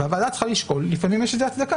הוועדה צריכה לשקול לפעמים יש לזה הצדקה